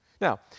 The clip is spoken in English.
now